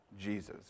Jesus